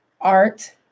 art